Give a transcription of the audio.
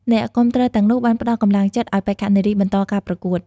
អ្នកគាំទ្រទាំងនោះបានផ្តល់កម្លាំងចិត្តឲ្យបេក្ខនារីបន្តការប្រកួត។